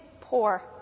poor